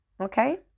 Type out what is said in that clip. okay